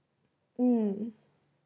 mm